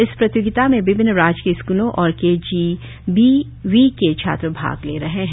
इस प्रतियोगिता में विभिन्न राजकीय स्कूलों और के जी बी के छात्र भाग ले रहे है